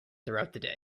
throughout